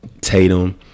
Tatum